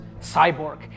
cyborg